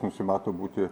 nusimato būti